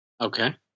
Okay